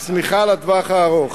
הצמיחה לטווח הארוך